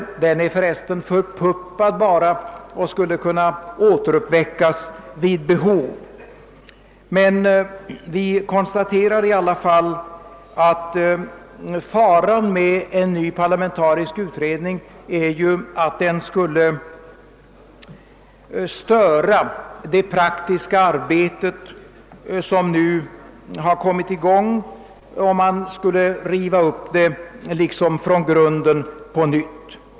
Denna utredning är för övrigt bara förpuppad och skulle kunna återuppväckas vid behov. Vi kan i alla fall konstatera att faran med tillsättandet av en ny parlamentarisk utredning är att den skulle kunna störa det praktiska arbetet, som nu har kommit i gång, genom att det skulle kunna rivas upp från grunden så att man måste börja om på nytt.